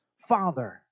father